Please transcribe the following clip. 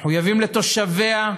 מחויבים לתושביה,